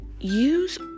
Use